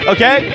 Okay